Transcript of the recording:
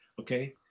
Okay